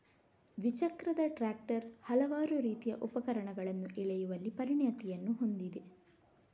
ದ್ವಿಚಕ್ರದ ಟ್ರಾಕ್ಟರ್ ಹಲವಾರು ರೀತಿಯ ಉಪಕರಣಗಳನ್ನು ಎಳೆಯುವಲ್ಲಿ ಪರಿಣತಿಯನ್ನು ಹೊಂದಿದೆ